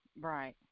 right